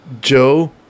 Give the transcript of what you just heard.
Joe